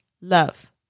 love